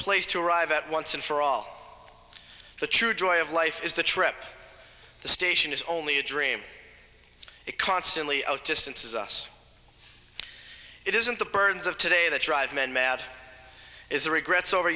place to arrive at once and for all the true joy of life is the trip the station is only a dream it constantly outdistances us it isn't the burdens of today that drive men mad is the regrets over